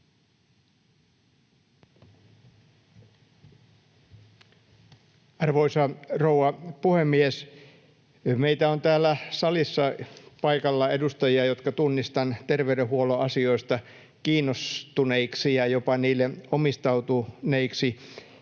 Arvoisa rouva puhemies! Meillä on täällä salissa paikalla edustajia, jotka tunnistan terveydenhuollon asioista kiinnostuneiksi ja jopa niille omistautuneiksi.